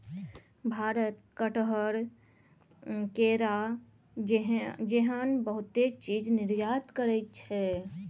भारत कटहर, केरा जेहन बहुते चीज निर्यात करइ छै